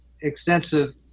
extensive